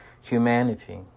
humanity